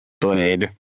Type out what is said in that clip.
blade